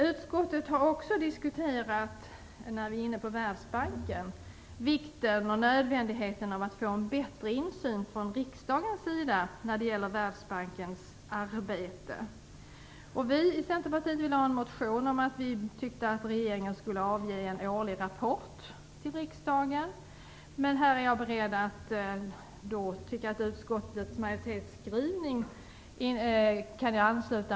Utskottet har också vikten och nödvändigheten av att få bättre insyn från riksdagens sida i Världsbankens arbete. Vi i Centerpartiet väckte en motion där vi ville att regeringen skulle avge en årlig rapport till riksdagen. Jag är här beredd att ansluta mig till utskottsmajoritetens skrivning.